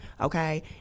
okay